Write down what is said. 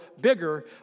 bigger